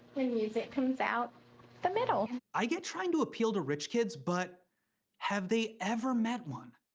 and music comes out the middle. i get trying to appeal to rich kids, but have they ever met one?